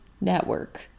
network